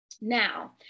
Now